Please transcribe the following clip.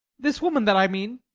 this woman that i mean,